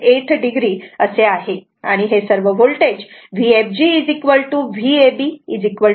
8 o असे आहे आणि हे सर्व वोल्टेज Vfg Vab Vcd 44